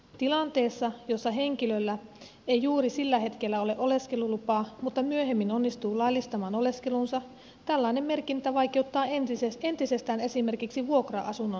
tilanteessa jossa henkilöllä ei juuri sillä hetkellä ole oleskelulupaa mutta hän myöhemmin onnistuu laillistamaan oleskelunsa tällainen merkintä vaikeuttaa entisestään esimerkiksi vuokra asunnon saamista